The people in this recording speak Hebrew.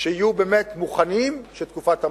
שיהיו באמת מוכנים אחרי תקופת המעבר.